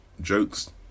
jokes